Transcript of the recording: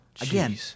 Again